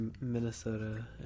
Minnesota